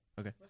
Okay